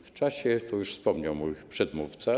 W czasie, tu już wspomniał mój przedmówca.